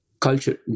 Culture